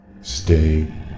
Stay